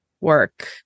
work